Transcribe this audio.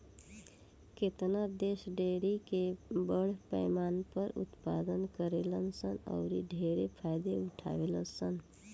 केतना देश डेयरी के बड़ पैमाना पर उत्पादन करेलन सन औरि ढेरे फायदा उठावेलन सन